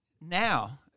now